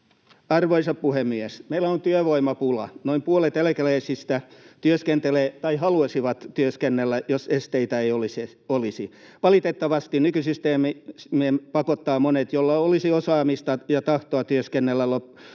Arvoisa puhemies! Meillä on työvoimapula. Noin puolet eläkeläisistä työskentelee tai haluaisi työskennellä, jos esteitä ei olisi. Valitettavasti nykysysteemi pakottaa monet, joilla olisi osaamista ja tahtoa työskennellä,